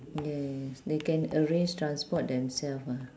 yes they can arrange transport themselves ah